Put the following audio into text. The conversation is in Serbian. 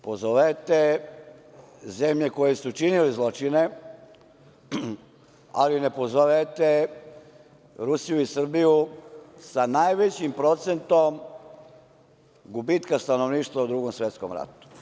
Pozovete zemlje koje su činile zločine, ali ne pozovete Rusiju i Srbiju, sa najvećim procentom gubitka stanovništva u Drugom svetskom ratu.